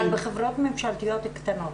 אבל בחברות ממשלתיות קטנות.